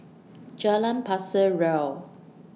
Jalan Pasir Ria